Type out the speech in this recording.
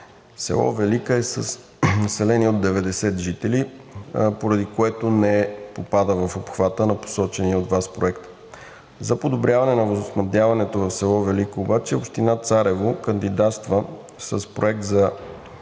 Село Велика е с население от 90 жители, поради което не попада в обхвата на посочения от Вас проект. За подобряване на водоснабдяването в село Велика обаче Община Царево кандидатства със